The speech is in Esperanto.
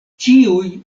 ĉiuj